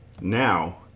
Now